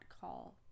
call